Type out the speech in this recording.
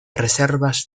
reservas